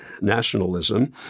nationalism